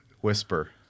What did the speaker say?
whisper